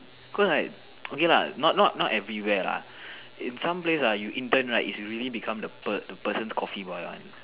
cause I okay lah not not not everywhere lah in some place ah you intern right is really become the person's coffee boy one